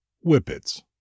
Whippets